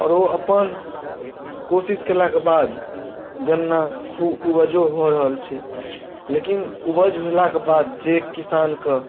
आओर ओ अपन कोशिश कयलाके बाद गन्ना खूब उपजो भऽ रहल छै लेकिन उपज भेलाके बाद जे किसानके